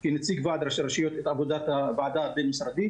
צהרים טובים יושב ראש הוועדה וכל הנוכחים.